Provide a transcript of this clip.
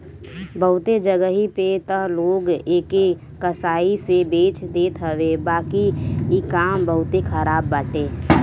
बहुते जगही पे तअ लोग एके कसाई से बेच देत हवे बाकी इ काम बहुते खराब बाटे